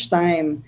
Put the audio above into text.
time